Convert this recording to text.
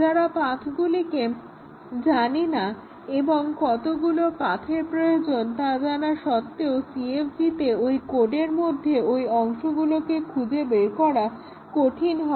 যারা পাথগুলিকে জানি না এবং কতগুলো পাথের প্রয়োজন তা জানা সত্ত্বেও CFG তে ওই কোডের মধ্যে ওই অংশগুলোকে খুঁজে বের করা কঠিন হবে